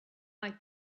like